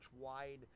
wide